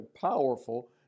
powerful